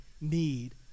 need